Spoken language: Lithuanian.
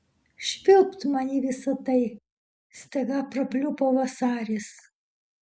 švilpt man į visa tai staiga prapliupo vasaris